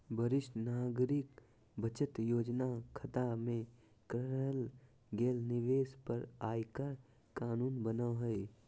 वरिष्ठ नागरिक बचत योजना खता में करल गेल निवेश पर आयकर कानून बना हइ